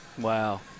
Wow